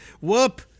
Whoop